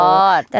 God